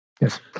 Yes